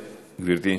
כן, גברתי.